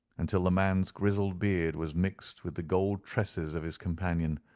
until the man's grizzled beard was mixed with the gold tresses of his companion,